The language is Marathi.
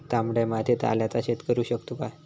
तामड्या मातयेत आल्याचा शेत करु शकतू काय?